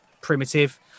primitive